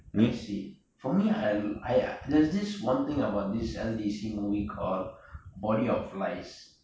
I see for me I I there's this one thing about this L_D_C movie called body of lies